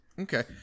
Okay